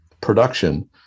production